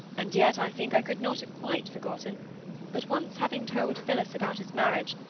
and yet i think i could not have quite forgotten but, once having told phillis about his marriage,